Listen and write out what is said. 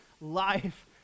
life